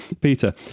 Peter